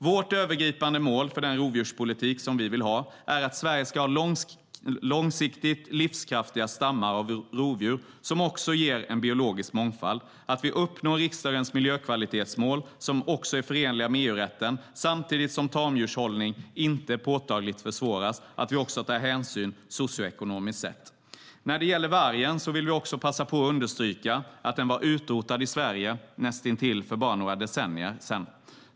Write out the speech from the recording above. Vårt övergripande mål för den rovdjurspolitik som vi vill ha är att Sverige ska ha långsiktigt livskraftiga stammar av rovdjur som ger en biologisk mångfald och att vi ska uppnå riksdagens miljökvalitetsmål som är förenliga med EU-rätten samtidigt som tamdjurshållning inte påtagligt försvåras. Vi ska också ta socioekonomisk hänsyn. När det gäller vargen vill vi passa på att understryka att den var näst intill utrotad i Sverige för bara några decennier sedan.